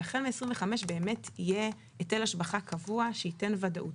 והחל מ-2025 באמת יהיה היטל השבחה קבוע שייתן ודאות.